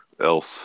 else